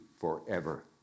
forever